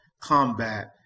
combat